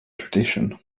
tradition